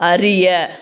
அறிய